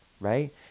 right